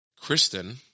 Kristen